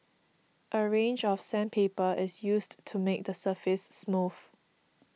a range of sandpaper is used to make the surface smooth